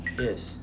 Yes